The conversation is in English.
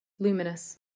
luminous